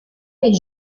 est